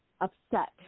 upset